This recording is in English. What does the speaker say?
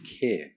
care